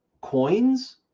coins